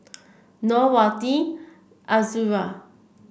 Nor Wati Azura